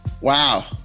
Wow